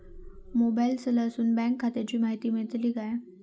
मोबाईलातसून बँक खात्याची माहिती मेळतली काय?